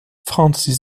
francis